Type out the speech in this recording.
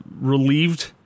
relieved